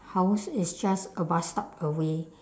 house is just a bus stop away